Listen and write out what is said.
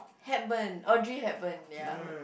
Hepburn Audrey-Hepburn ya I would